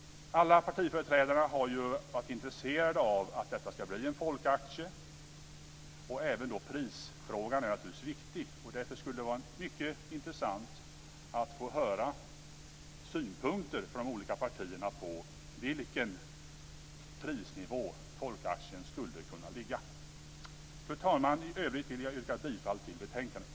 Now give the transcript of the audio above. Alla partiföreträdare har varit intresserade av att detta ska bli en folkaktie. Prisfrågan är naturligtvis viktig. Därför skulle det vara mycket intressant att få höra synpunkter från de olika partierna på vilken prisnivå folkaktien skulle kunna ligga. Fru talman! Jag yrkar bifall till hemställan i betänkandet.